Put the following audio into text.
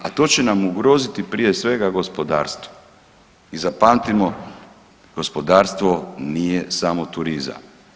A to će nam ugroziti prije svega gospodarstvo i zapamtimo gospodarstvo nije samo turizam.